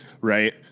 right